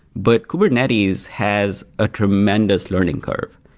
but kubernetes has a tremendous learning curve.